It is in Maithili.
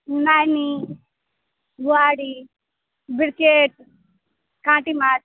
नैनी बुआरी बिकेट काँटी माछ